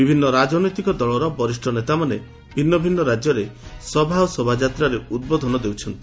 ବିଭିନ୍ନ ରାଜନୈତିକ ଦଳର ବରିଷ ନେତାମାନେ ଭିନ୍ନ ଭିନ୍ନ ରାଜ୍ୟରେ ସଭା ଓ ଶୋଭାଯାତ୍ରାରେ ଉଦ୍ବୋଧନ ଦେଉଛନ୍ତି